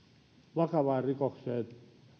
vakavaan rikokseen syyllistynyt